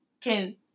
can-